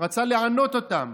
הוא רצה לענות אותם.